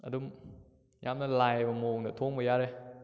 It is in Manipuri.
ꯑꯗꯨꯝ ꯌꯥꯝꯅ ꯂꯥꯏꯕ ꯃꯑꯣꯡꯗ ꯊꯣꯡꯕ ꯌꯥꯔꯦ